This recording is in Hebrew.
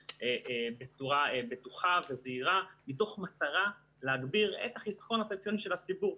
בצורה בטוחה וזהירה מתוך מטרה להגביר את החיסכון הפנסיוני של הציבור,